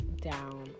down